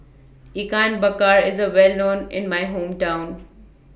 Ikan Bakar IS Well known in My Hometown